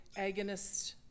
agonist